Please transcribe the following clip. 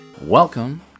Welcome